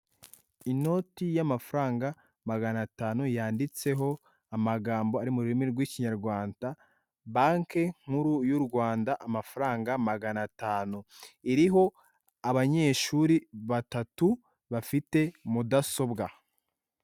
Inoti y'amafaranga magana atanu yanditseho amagambo ari mururimi rw'Ikinyarwanda, banki nkuru y'u Rwanda, amafaranga magana atanu, iriho abanyeshuri batatu bafite mudasobwa.